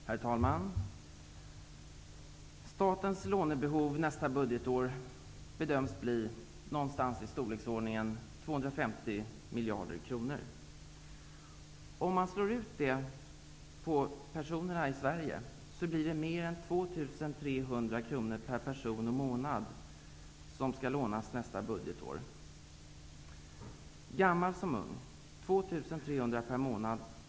Herr talman! Statens lånebehov nästa budgetår bedöms bli någonstans i storleksordningen 250 miljarder kronor. Om man slår ut det på personerna här i Sverige blir det mer än 2 300 kr per person och månad som skall lånas nästa budgetår. Gammal som ung -- alla lånar vi alltså 2 300 kr per månad.